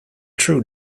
true